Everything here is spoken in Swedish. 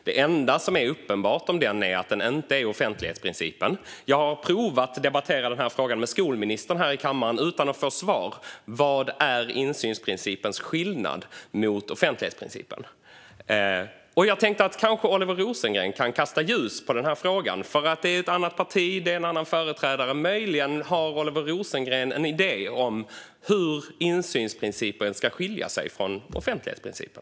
Det enda som är uppenbart med denna är att den inte är offentlighetsprincipen. Jag har provat att debattera denna fråga med skolministern här i kammaren utan att få svar på vad som är skillnaden mellan insynsprincipen och offentlighetsprincipen. Kanske kan Oliver Rosengren kasta ljus på denna fråga? Det handlar om ett annat parti och en annan företrädare - möjligen har Oliver Rosengren en idé om hur insynsprincipen ska skilja sig från offentlighetsprincipen.